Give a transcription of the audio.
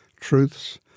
truths